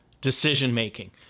decision-making